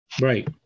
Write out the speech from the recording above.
Right